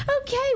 Okay